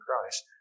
Christ